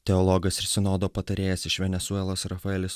teologas ir sinodo patarėjas iš venesuelos rafaelis